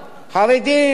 חרדים,